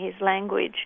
language